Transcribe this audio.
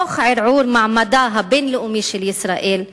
תוך ערעור מעמדה הבין-לאומי של ישראל.